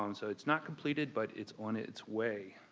um so it's not completed, but it's on its way.